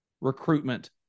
recruitment